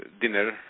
dinner